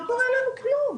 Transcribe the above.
לא קורה לנו כלום,